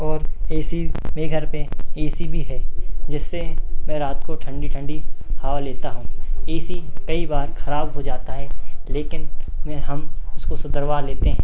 और A C मेरे घर पे ए सी भी है जिससे मैं रात को ठंडी ठंडी हवा लेता हूँ ए सी कई बार खराब हो जाता है लेकिन में हम उसको सुधरवा लेते हैं